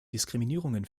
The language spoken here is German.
diskriminierungen